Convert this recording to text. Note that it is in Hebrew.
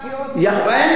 אין לי ספק.